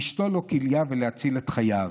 להשתיל לו כליה ולהציל את חייו.